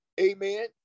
Amen